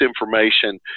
information